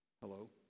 hello